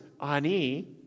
ani